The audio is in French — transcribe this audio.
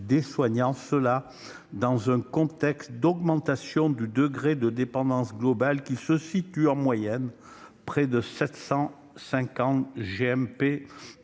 soignants, dans un contexte d'augmentation du degré de dépendance globale, qui se situe en moyenne à près de 750